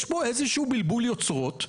יש פה איזשהו בלבול יוצרות,